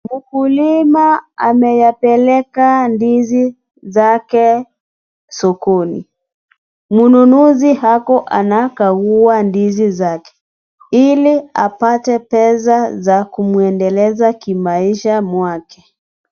Mukulima, ameyapeleka ndizi, zake, sokoni, mununuzi hako anakagua ndizi zake, ili, apate peza za kumwenderesha kimaisha mwake.